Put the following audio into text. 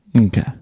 Okay